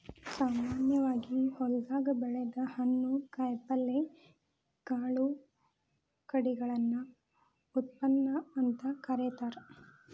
ಸಾಮಾನ್ಯವಾಗಿ ಹೊಲದಾಗ ಬೆಳದ ಹಣ್ಣು, ಕಾಯಪಲ್ಯ, ಕಾಳು ಕಡಿಗಳನ್ನ ಉತ್ಪನ್ನ ಅಂತ ಕರೇತಾರ